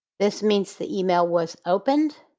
this means the email was opened.